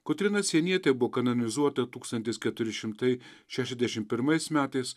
kotryna sienietė buvo kanonizuota tūkstantis keturi šimtai šešiasdešim pirmais metais